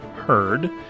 heard